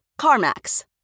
CarMax